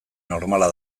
normala